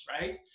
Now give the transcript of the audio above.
right